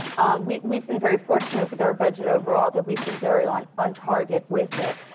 we've we've been very fortunate with our budget overall, that we've been very on on target with it.